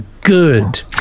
good